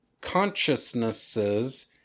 consciousnesses